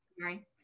Sorry